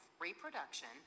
reproduction